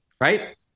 right